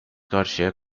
karşıya